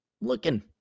Looking